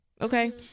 okay